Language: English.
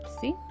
See